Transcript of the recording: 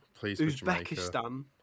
Uzbekistan